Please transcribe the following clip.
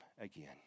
again